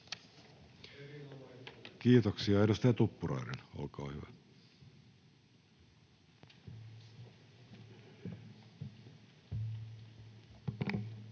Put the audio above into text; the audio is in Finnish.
Kiitoksia. — Edustaja Tuppurainen, olkaa hyvä. Arvoisa